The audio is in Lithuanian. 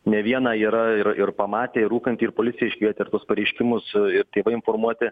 ne vieną yra ir ir pamatę ir rūkantį ir policiją iškvietę ir tuos pareiškimus ir tėvai informuoti